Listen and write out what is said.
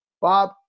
Bob